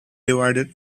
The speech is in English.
divided